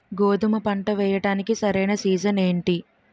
గోధుమపంట వేయడానికి సరైన సీజన్ ఏంటి?